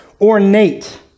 ornate